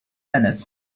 minutes